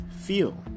feel